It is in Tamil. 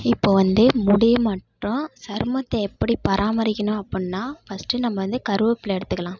இப்போ வந்து முடி மற்றும் சருமத்தை எப்படி பராமரிக்கணும் அப்பிடின்னா ஃபர்ஸ்ட்டு நம்ம வந்து கருவப்பில்லை எடுத்துக்கலாம்